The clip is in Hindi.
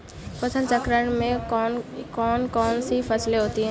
फसल चक्रण में कौन कौन सी फसलें होती हैं?